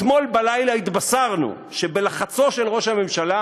אתמול בלילה התבשרנו שבלחצו של ראש הממשלה,